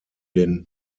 den